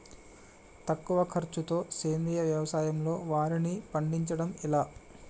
తక్కువ ఖర్చుతో సేంద్రీయ వ్యవసాయంలో వారిని పండించడం ఎలా?